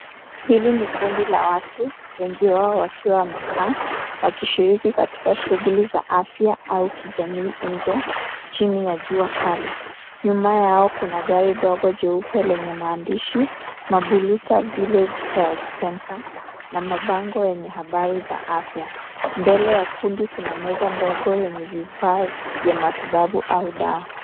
Hili ni kundi la watu, wengi wao wakiwa wamekaa, wakishiriki katika shughuli za afya au kijamii nje chini ya jua kali. Nyuma yao kuna gari dogo jeupe lenye maandishi Mabulusa Village Health Center na mabango yenye habari za afya. Mbele ya kundi, kuna meza ndogo yenye vifaa vya matibabu au dawa.